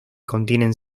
contienen